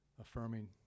affirming